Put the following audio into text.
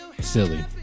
Silly